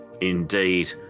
Indeed